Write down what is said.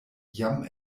jam